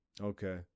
Okay